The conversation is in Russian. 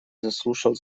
заслушал